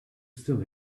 still